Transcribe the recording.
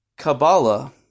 Kabbalah